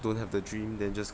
don't have the dream then just